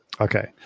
okay